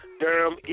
Durham